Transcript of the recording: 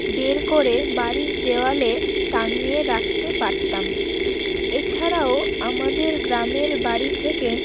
বের করে বাড়ির দেওয়ালে টাঙিয়ে রাখতে পারতাম এছাড়াও আমাদের গ্রামের বাড়ি থেকে